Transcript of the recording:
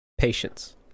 patience